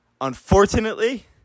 Unfortunately